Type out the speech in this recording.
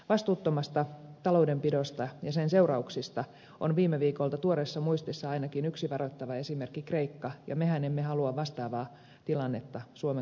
vastuuttomasta taloudenpidosta ja sen seurauksista on viime viikoilta tuoreessa muistissa ainakin yksi varoittava esimerkki kreikka ja mehän emme halua vastaavaa tilannetta suomen kunnille